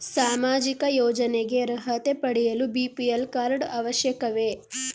ಸಾಮಾಜಿಕ ಯೋಜನೆಗೆ ಅರ್ಹತೆ ಪಡೆಯಲು ಬಿ.ಪಿ.ಎಲ್ ಕಾರ್ಡ್ ಅವಶ್ಯಕವೇ?